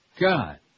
God